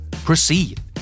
Proceed